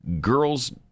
girls